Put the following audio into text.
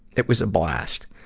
it was a blast,